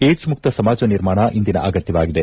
ಏಡ್ಲ್ ಮುಕ್ತ ಸಮಾಜ ನಿರ್ಮಾಣ ಇಂದಿನ ಅಗತ್ಯವಾಗಿದೆ